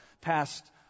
past